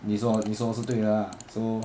你说你说是对的 lah so